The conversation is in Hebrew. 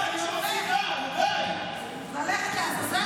ללכת לעזאזל?